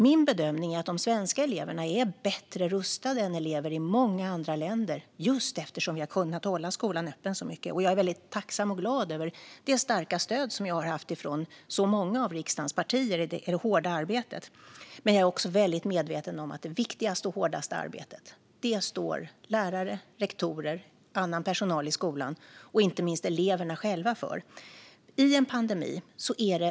Min bedömning är att de svenska eleverna är bättre rustade än elever i många andra länder just eftersom vi har kunnat hålla skolan öppen så mycket, och jag är väldigt tacksam och glad över det starka stöd jag har haft från så många av riksdagens partier i det hårda arbetet. Jag är dock väldigt medveten om att det är lärare, rektorer och annan personal i skolan - och inte minst eleverna själva - som står för det viktigaste och hårdaste arbetet.